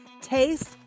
taste